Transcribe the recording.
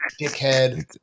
Dickhead